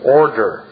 order